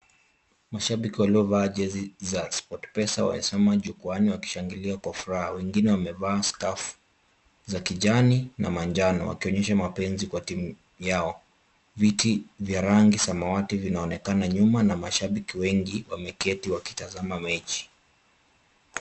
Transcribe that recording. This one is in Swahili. Mashabiki waliovaa jezi za sport pesa wamesimama jukwaani wakishangilia kwa furaha, wengine wamevaa scarf za kijani na manjano wakionyesha mapenzi kwa timu yao. Viti vya rangi samawati vinaonekana nyuma na mashabiki wengi wameketi wakitazama mechi.